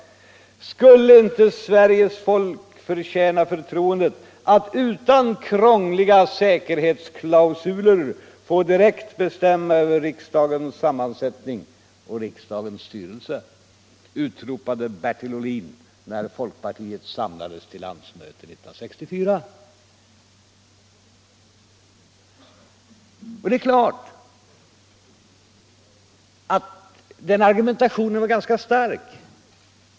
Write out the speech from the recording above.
”Skulle inte Sveriges 4 juni 1976 folk förtjäna förtroendet att utan krångliga säkerhetsklausuler få direkt —- bestämma över riksdagens sammansättning och rikets styrelse?” Detta — Frioch rättigheter i utropade Bertil Ohlin när folkpartiet samlades till landsmöte 1964. Och — grundlag det är klart att den argumentationen var ganska stark.